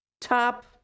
Top